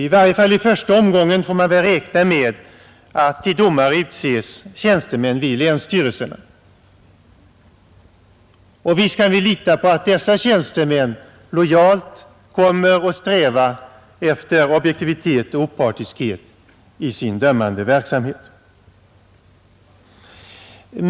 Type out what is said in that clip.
I varje fall får man i första omgången räkna med att till domare utses tjänstemän vid länsstyrelserna, och visst kan vi lita på att dessa tjänstemän lojalt kommer att sträva efter objektivitet och opartiskhet i sin dömande verksamhet.